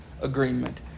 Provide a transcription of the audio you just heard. agreement